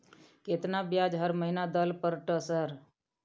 केतना ब्याज हर महीना दल पर ट सर?